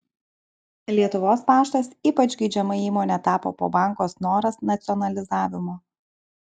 lietuvos paštas ypač geidžiama įmone tapo po banko snoras nacionalizavimo